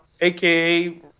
aka